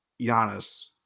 Giannis